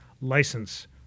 license